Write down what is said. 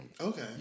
Okay